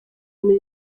muri